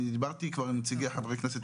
אני דיברתי כבר עם נציגי חברי כנסת.